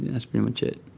that's pretty much it.